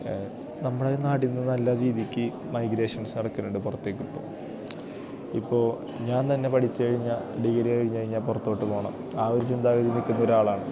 നമ്മടെ നാടിന്ന് നല്ല രീതിക്ക് മൈഗ്രേഷൻസ് നടക്കുന്നുണ്ട് പുറത്തേക്കിപ്പോള് ഇപ്പോള് ഞാൻ തന്നെ പഠിച്ചുകഴിഞ്ഞാല് ഡിഗ്രി കഴിഞ്ഞു കഴിഞ്ഞാല് പുറത്തോട്ടു പോകണം ആ ഒരു ചിന്താഗതി നില്ക്കുന്ന ഒരാളാണ്